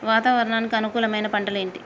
వాతావరణానికి అనుకూలమైన పంటలు ఏంటి?